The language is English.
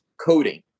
coding